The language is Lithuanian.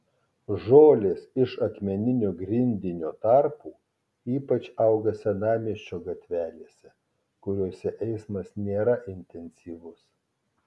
žolės iš akmeninio grindinio tarpų ypač auga senamiesčio gatvelėse kuriose eismas nėra intensyvus